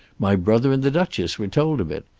my brother and the duchess were told of it.